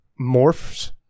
morphs